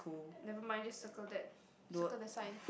never mind just circle that circle the sign